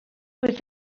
beth